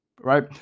Right